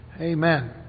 amen